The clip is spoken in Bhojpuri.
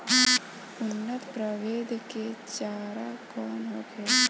उन्नत प्रभेद के चारा कौन होखे?